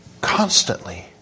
constantly